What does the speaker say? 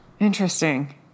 interesting